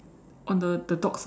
on the the dog side